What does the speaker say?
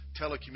telecommunications